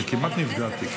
אני כמעט נפגעתי.